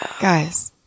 Guys